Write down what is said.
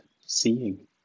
seeing